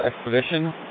Expedition